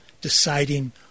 deciding